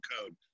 code